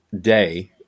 day